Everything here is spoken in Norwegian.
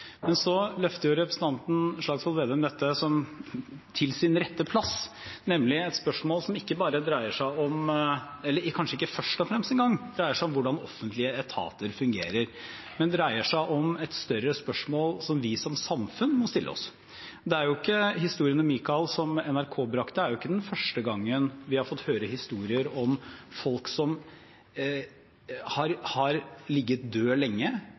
Så løfter jo representanten Slagsvold Vedum dette til sin rette plass, nemlig et spørsmål som ikke bare – og kanskje ikke engang først og fremst – dreier seg om hvordan offentlige etater fungerer, men det dreier seg om et større spørsmål som vi som samfunn må stille oss. Historien om Michael som NRK brakte, er ikke den første gangen vi har fått høre historier om folk som har ligget død lenge, folk som har vært ensomme lenge.